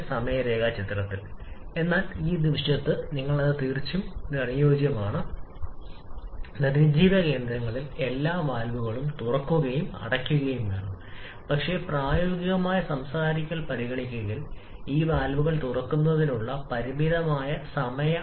സമവാക്യ അനുപാതം സാധാരണയായി by സൂചിപ്പിക്കുന്നത് യഥാർത്ഥ വായു ഇന്ധന അനുപാതത്തിലേക്കുള്ള സ്റ്റോയിയോമെട്രിക് വായു ഇന്ധന അനുപാതത്തെക്കുറിച്ചാണ് നമ്മൾ സംസാരിക്കുന്നതെന്ന് പറയുക നമ്മൾ തുല്യതാ അനുപാതമായി വിളിക്കുന്നു